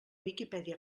viquipèdia